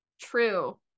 true